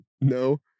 no